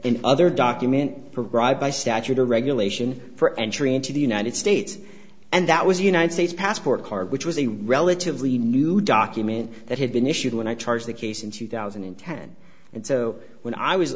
in other document by statute or regulation for entry into the united states and that was the united states passport card which was a relatively new document that had been issued when i charge the case in two thousand and ten and so when i was